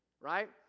right